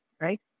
right